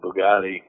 Bugatti